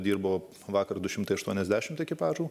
dirbo vakar du šimtai aštuoniasdešimt ekipažų